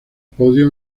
podio